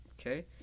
Okay